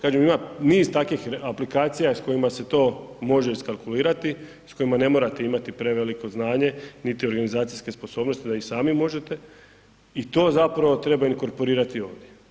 Kažem im niz takvih aplikacija s kojima se to može iskalkulirati, s kojima ne morate imati preveliko znanje niti organizacijske sposobnosti da i sami možete i to zapravo treba inkorporirati ovdje.